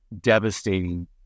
devastating